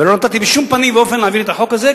ולא נתתי בשום פנים ואופן להעביר את החוק הזה,